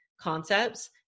concepts